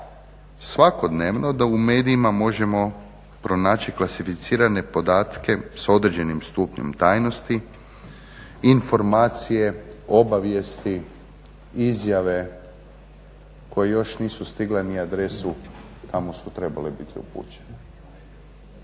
svakodnevno da u medijima možemo pronaći klasificirane podatke sa određenim stupnjem tajnosti, informacije, obavijesti, izjave koje još nisu stigle ni adresu kamo su trebale biti upućene.